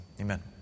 Amen